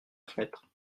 fenêtre